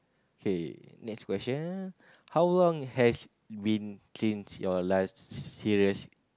okay next question how long has been since your last serious